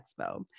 Expo